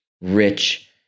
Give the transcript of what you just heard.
rich